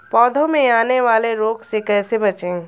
पौधों में आने वाले रोग से कैसे बचें?